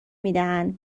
میدهند